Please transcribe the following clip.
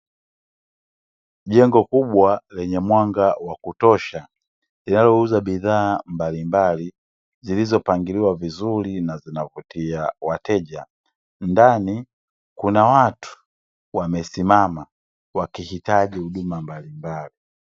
Jengo kubwa lenye mwanga wa kutosha, linalouza bidhaa mbalimbali zilizopangiliwa vizuri na zinavutia wateja, ndani kuna watu wamesimama wakihitaji huduma mbalimbali.